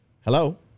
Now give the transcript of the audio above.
Hello